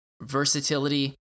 versatility